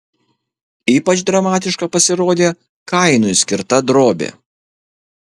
ypač dramatiška pasirodė kainui skirta drobė